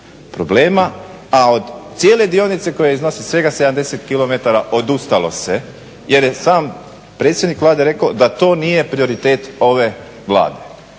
problema, a od cijele dionice koja iznosi svega 70 km odustalo se jer je sam predsjednik Vlade rekao da to nije prioritet ove Vlade.